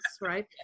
right